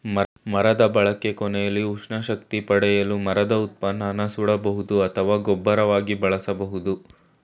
ಮರದ ಬಳಕೆ ಕೊನೆಲಿ ಉಷ್ಣ ಶಕ್ತಿ ಪಡೆಯಲು ಮರದ ಉತ್ಪನ್ನನ ಸುಡಬಹುದು ಅಥವಾ ಗೊಬ್ಬರವಾಗಿ ಬಳಸ್ಬೋದು